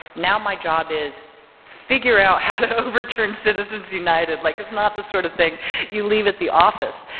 now my job is figure out how to overturn citizens united. like it's not the sort of thing you leave at the office.